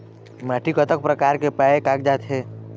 माटी कतक प्रकार के पाये कागजात हे?